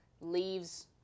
leaves